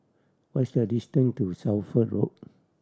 what is the distance to Suffolk Road